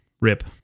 rip